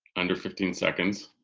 under fifteen seconds?